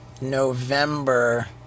November